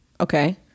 okay